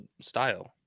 style